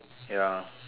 ya